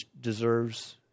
deserves